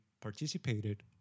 participated